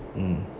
mm